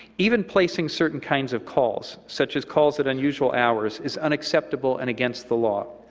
even placing certain kinds of calls, such as calls at unusual hours, is unacceptable and against the law.